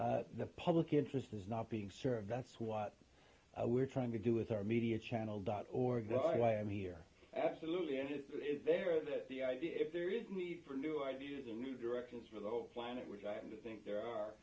the public interest is not being served that's what we're trying to do with our media channel dot org so i am here absolutely and it is there that the idea if there is need for new ideas and new directions for the whole planet which i think there are